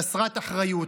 חסרת אחריות.